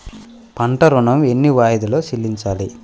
పంట ఋణం ఎన్ని వాయిదాలలో చెల్లించాలి?